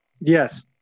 Yes